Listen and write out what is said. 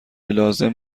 لازم